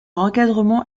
encadrement